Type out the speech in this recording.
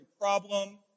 problem